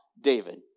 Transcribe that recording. David